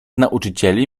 nauczycieli